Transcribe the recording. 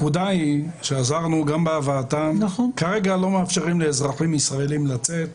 עזרנו גם בהבאתם וכרגע לא מאפשרים לאזרחים ישראלים לצאת.